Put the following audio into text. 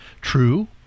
True